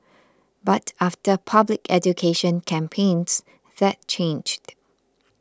but after public education campaigns that changed